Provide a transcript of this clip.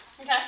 Okay